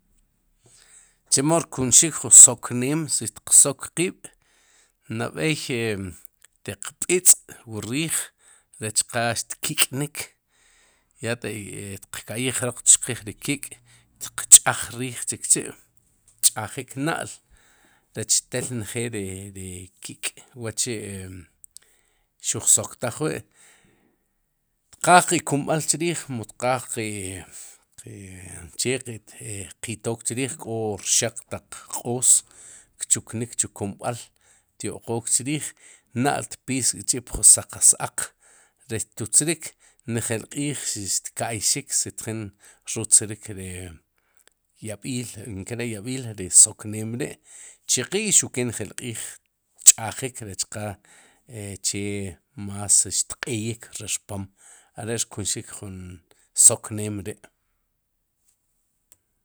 Chemo rkunxik jun sokneem si tiqsok qiib'nab'ey tiq b'iitz'wu riij rech qa tkik'nik, ya taq tiqka'yij jroq tchqiij ri kik' xtiq ch'aaj riij chikchi' tch'ajik na'l rech tel njeel ri kik'wa'chi' xuj soktaj wi'tqaaj qe kumb'al chriij mu xtqaaj qe qe che qe tqitook chriij k'o rxaq taq q'oos kchuknik chu kumb'al tyo'qok chrrij, na'l tpiis k'chi'psaqa s- aaq rech tutzrik njel q'iij xka'yxik si tjin rutzrik ri yab'iil inkere yab'iil ri sok neem ri' tchiqik i xuq ke njeel q'iij tch'ajik rech qa che más xtq'eyik ri rpom are' rkunxik jun soknem ri'.